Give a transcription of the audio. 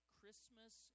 Christmas